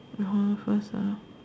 you hold on first ah